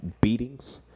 beatings